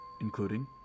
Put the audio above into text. Including